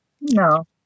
No